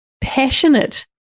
passionate